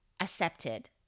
accepted